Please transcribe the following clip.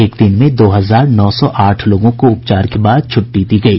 एक दिन में दो हजार नौ सौ आठ लोगों को उपचार के बाद छुट्टी दी गयी